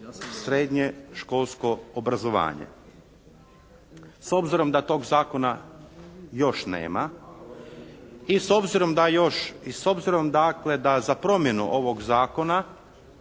srednješkolsko obrazovanje. S obzirom da tog zakona još nema i s obzirom da još, i s obzirom